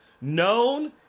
known